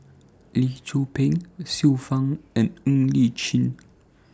Lee Tzu Pheng Xiu Fang and Ng Li Chin